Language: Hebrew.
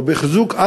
או בחיזוק,